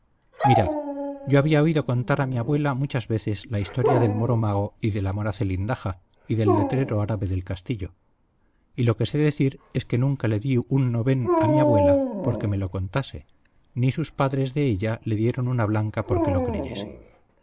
mirad yo había oído contar a mi abuela muchas veces la historia del moro mago y de la mora zelindaja y del letrero árabe del castillo y lo que sé decir es que nunca le di un novén a mi abuela porque me lo contase ni sus padres de ella le dieron una blanca porque lo creyese